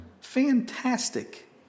Fantastic